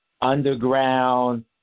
underground